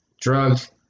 Drugs